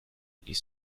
ließ